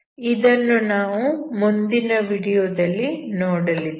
ಇದನ್ನು ನಾವು ಮುಂದಿನ ವಿಡಿಯೋದಲ್ಲಿ ನೋಡಲಿದ್ದೇವೆ